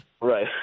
Right